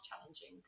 challenging